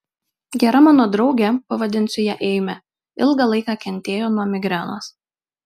gera mano draugė pavadinsiu ją eime ilgą laiką kentėjo nuo migrenos